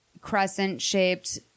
crescent-shaped